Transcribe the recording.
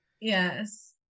Yes